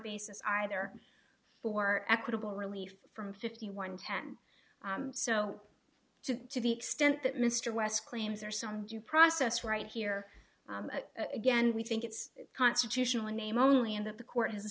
basis either for equitable relief from fifty one ten so to to the extent that mr west claims or some due process right here again we think it's constitutional in name only and that the court has